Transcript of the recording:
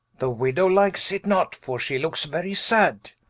the widow likes it not, for shee lookes very sad